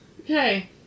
Okay